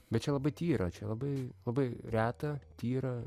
bet čia labai tyra čia labai labai reta tyra